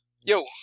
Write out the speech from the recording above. Yo